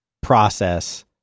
process